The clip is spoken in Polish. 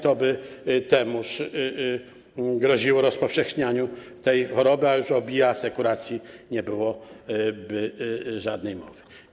To by groziło rozpowszechnieniem tej choroby, a już o bioasekuracji nie byłoby żadnej mowy.